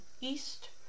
East